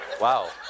Wow